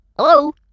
Hello